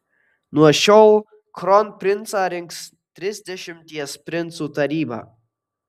nuo šiol kronprincą rinks trisdešimties princų taryba